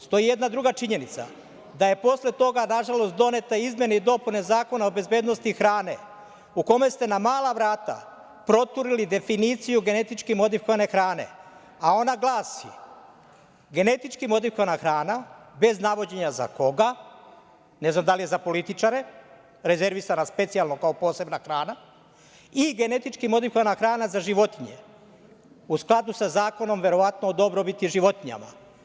Stoji jedna druga činjenica, da je posle toga, nažalost donete izmene i dopune Zakona o bezbednosti hrane, u kome ste na mala vrata proturili definiciju genetički modifikovane hrane, a ona glasi – genetički modifikovana hrana, bez navođenja za koga, ne znam da li je za političare, rezervisana kao specijalno posebna hrana i genetički modifikovana hrana za životinje, u skladu sa zakonom, verovatno o dobrobiti životinjama.